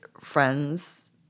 friends